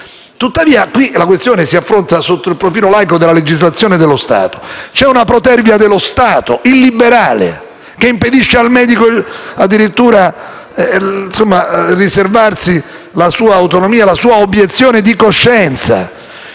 tuttavia, qui la questione si affronta sotto il profilo laico della legislazione dello Stato. C'è una protervia dello Stato illiberale che impedisce al medico addirittura di riservarsi la sua autonomia e la sua obiezione di coscienza.